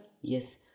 Yes